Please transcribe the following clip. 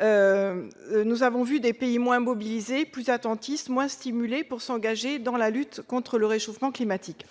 Nous avons vu des pays moins mobilisés, plus attentistes, moins motivés pour s'engager dans la lutte contre le réchauffement climatique.